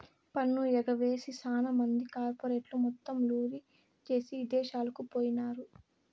పన్ను ఎగవేసి సాన మంది కార్పెరేట్లు మొత్తం లూరీ జేసీ ఇదేశాలకు పోయినారు